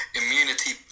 immunity